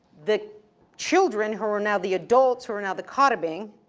the children who are now the adults, who are now the cotabang,